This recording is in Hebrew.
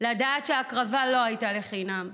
לדעת שההקרבה לא הייתה לחינם,